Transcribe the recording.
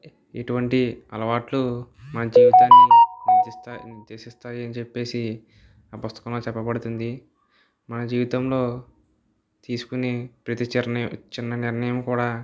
ఇటువంటి అలవాట్లు మన జీవితాన్ని ఉద్దేశిస్తాయి ఉద్దేశిస్తాయని చెప్పేసి ఆ పుస్తకంలో చెప్పబడుతుంది మన జీవితంలో తీసుకుని ప్రతి చర్య చిన్న నిర్ణయం కూడా